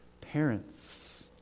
Parents